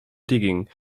digging